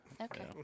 Okay